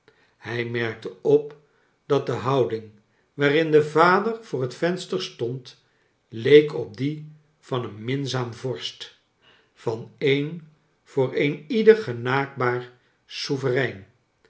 hij merkte op dat de houding waarin de vader voor het venster stond leek op die van een minzaam vorst van een voor een ieder genaakbaar souverein